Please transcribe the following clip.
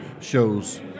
shows